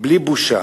בלי בושה,